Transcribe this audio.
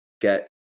get